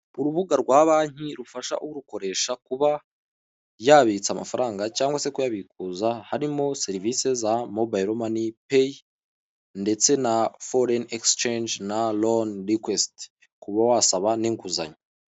Urubuga rwa banki rufasha urukoresha kuba yabitsa amafaranga cyangwa se kuyabikuza harimo serivisi za mobayilo mani peyi ndetse na foreni egisicenji na loni rikwesiti kuba wasaba n'inguzanyo.